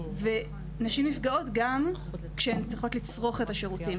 ונשים נפגעות גם כשהן צריכות לצרוך את השירותים.